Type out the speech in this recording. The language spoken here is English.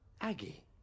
Aggie